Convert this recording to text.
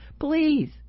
Please